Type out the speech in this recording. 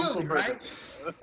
right